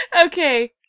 Okay